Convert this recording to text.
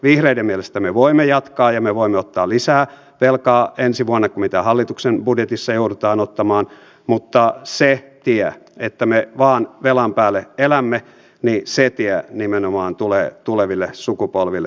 vihreiden mielestä me voimme jatkaa ja me voimme ottaa ensi vuonna lisää velkaa enemmän kuin mitä hallituksen budjetissa joudutaan ottamaan mutta nimenomaan se tie että me vain velan päälle elämme tulee tuleville sukupolville kalliiksi